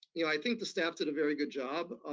you know, i think the staff did a very good job.